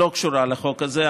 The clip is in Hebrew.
שלא קשורה לחוק הזה,